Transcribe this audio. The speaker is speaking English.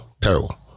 Terrible